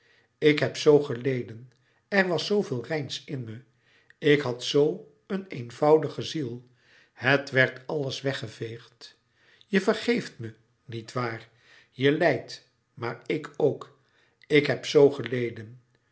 ik heb zoo geleden er was zooveel reins in me ik had zoo een eenvoudige ziel het werd alles weggeveegd je vergeeft me niet waar je lijdt maar ik ook ik heb zoo geleden